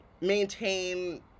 maintain